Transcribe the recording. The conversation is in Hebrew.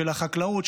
החקלאות,